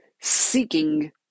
seeking